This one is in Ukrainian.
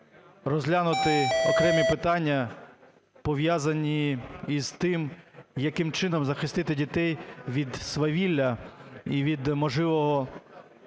розглянути окремі питання, пов'язані з тим, яким чином захистити дітей від свавілля і від можливих